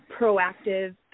proactive